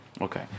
Okay